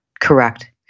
Correct